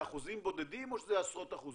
אחוזים בודדים או שזה עשרות אחוזים?